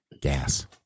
Gas